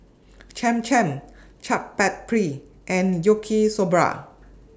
Cham Cham Chaat Papri and Yaki Soba